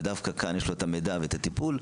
ודווקא כאן יש לו את המידע ואת הטיפול,